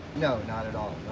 no, not at all,